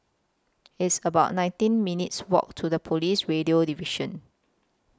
It's about nineteen minutes' Walk to The Police Radio Division